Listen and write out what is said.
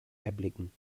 erblicken